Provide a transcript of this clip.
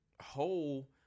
whole